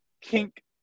kink